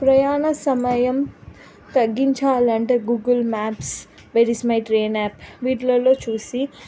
ప్రయాణ సమయం తగ్గించాలంటే Google maps where is my train app వీటిల్లో చూసి